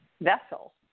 vessel